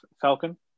Falcon